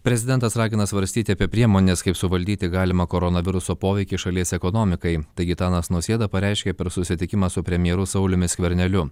prezidentas ragina svarstyti apie priemones kaip suvaldyti galimą koronaviruso poveikį šalies ekonomikai tai gitanas nausėda pareiškė per susitikimą su premjeru sauliumi skverneliu